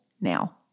now